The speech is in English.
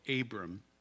Abram